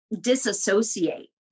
disassociate